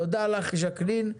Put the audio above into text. תודה לך, ג'קלין.